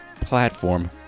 platform